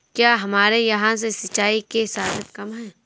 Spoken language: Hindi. क्या हमारे यहाँ से सिंचाई के साधन कम है?